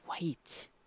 wait